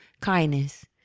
Kindness